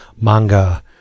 manga